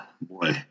boy